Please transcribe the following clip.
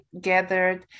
gathered